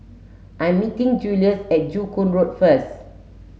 I am meeting Julius at Joo Koon Road first